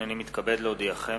הנני מתכבד להודיעכם,